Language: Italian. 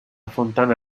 fontana